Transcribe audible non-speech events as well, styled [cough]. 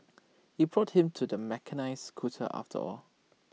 [noise] he bought him to the mechanised scooter after all